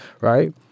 right